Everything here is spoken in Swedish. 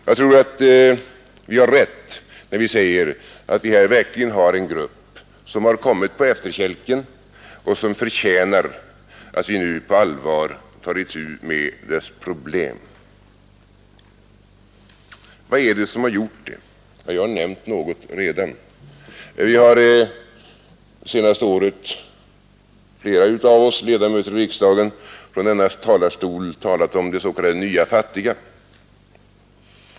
Jag tror att vi har rätt när vi säger att vi här verkligen har en grupp som har kommit på efterkälken och som förtjänar att vi nu på allvar tar itu med dess problem. Vad är det som har gjort det? Jag har redan nämnt något om det. Flera av oss ledamöter av riksdagen har under det senaste året från denna talarstol talat om de s.k. nya fattiga.